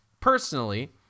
personally